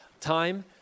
time